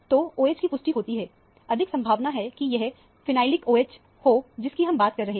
तो OH की पुष्टि होती है अधिक संभावना है कि यह फिनाइलिक OH हो जिसकी हम बात कर रहे हैं